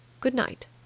Good-night